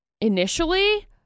initially